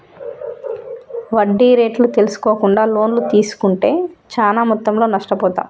వడ్డీ రేట్లు తెల్సుకోకుండా లోన్లు తీస్కుంటే చానా మొత్తంలో నష్టపోతాం